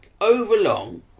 Overlong